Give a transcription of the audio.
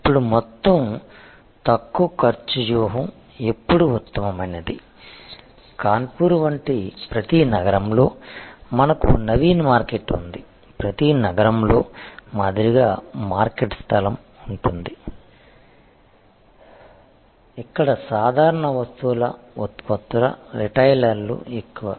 ఇప్పుడు మొత్తం తక్కువ ఖర్చు వ్యూహం ఎప్పుడు ఉత్తమమైనది కాన్పూర్ వంటి ప్రతి నగరంలో మనకు నవీన్ మార్కెట్ ఉంది ప్రతి నగరంలో మాదిరిగా మార్కెట్ స్థలం ఉంటుంది ఇక్కడ సాధారణ వస్తువుల ఉత్పత్తుల రిటైలర్లు ఎక్కువ